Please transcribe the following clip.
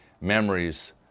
memories